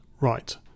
right